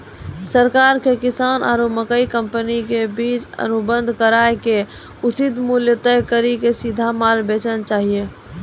सरकार के किसान आरु मकई कंपनी के बीच अनुबंध कराय के उचित मूल्य तय कड़ी के सीधा माल भेजना चाहिए?